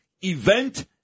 event